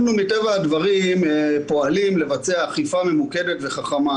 מטבע הדברים אנחנו פועלים לבצע אכיפה ממוקדת וחכמה.